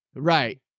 Right